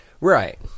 Right